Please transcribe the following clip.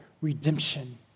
redemption